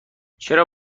چرا